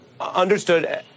Understood